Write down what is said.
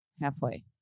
Halfway